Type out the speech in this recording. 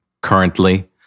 currently